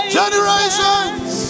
generations